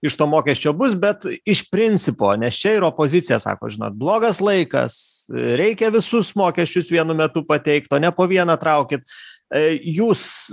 iš to mokesčio bus bet iš principo nes čia ir opozicija sako žinot blogas laikas reikia visus mokesčius vienu metu pateikt o ne po vieną traukyt ei jūs